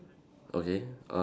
okay ah